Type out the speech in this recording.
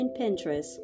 Pinterest